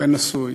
בן נשוי,